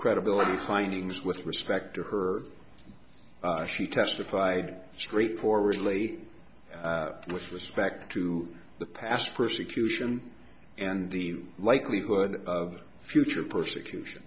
credibility findings with respect to her she testified straightforwardly with respect to the past persecution and the likelihood of future persecution